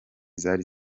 zari